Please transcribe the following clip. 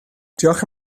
diolch